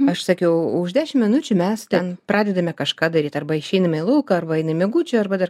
aš sakiau už dešim minučių mes ten pradedame kažką daryt arba išeiname į lauką arba einam miegučio arba dar